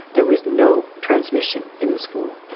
there was no transmission in the school.